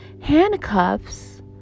handcuffs